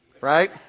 right